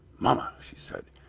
mamma! she said,